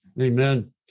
Amen